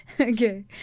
Okay